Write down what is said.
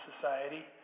society